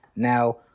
Now